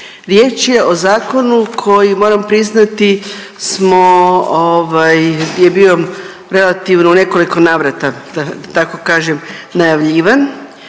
Riječ je o zakonu koji moram priznati smo ovaj, je bio relativno u nekoliko navrata da tako kažem najavljivan.